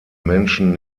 menschen